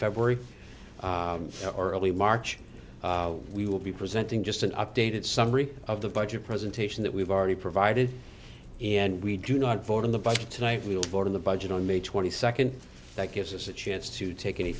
february or early march we will be presenting just an updated summary of the budget presentation that we've already provided and we do not vote in the budget tonight we will vote in the budget on may twenty second that gives us a chance to take any